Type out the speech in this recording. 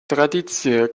tradicie